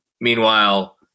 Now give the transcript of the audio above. Meanwhile